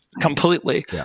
completely